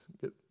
get